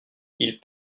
ils